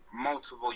multiple